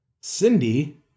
Cindy